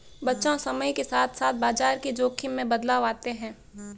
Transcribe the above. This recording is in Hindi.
बच्चों समय के साथ साथ बाजार के जोख़िम में बदलाव आते हैं